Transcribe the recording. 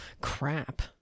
crap